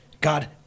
God